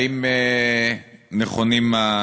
שאלותי: 1. האם נכונים הדברים?